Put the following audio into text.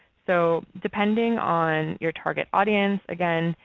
so depending on your target audience again,